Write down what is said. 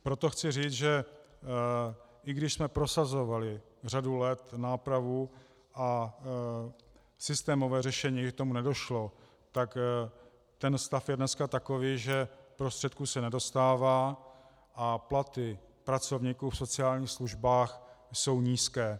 Proto chci říct, že i když jsme prosazovali řadu let nápravu a systémové řešení, k tomu nedošlo, tak stav je dneska takový, že prostředků se nedostává a platy pracovníků v sociálních službách jsou nízké.